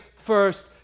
first